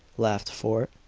laughed fort.